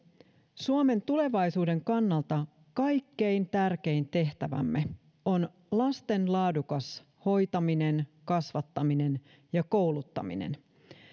suomen tulevaisuuden kannalta kaikkein tärkein tehtävämme on lasten laadukas hoitaminen kasvattaminen ja kouluttaminen